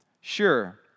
Sure